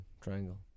Triangle